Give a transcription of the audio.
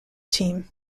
team